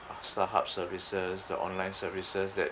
starhub services the online services that